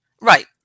Right